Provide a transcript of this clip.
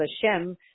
Hashem